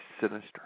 sinister